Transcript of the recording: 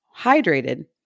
hydrated